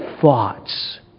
thoughts